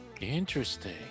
Interesting